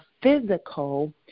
physical